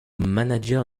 manager